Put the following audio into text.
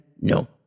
No